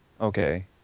Okay